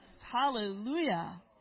Hallelujah